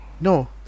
no